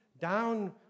down